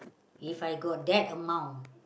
If I got that amount